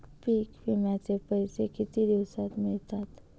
पीक विम्याचे पैसे किती दिवसात मिळतात?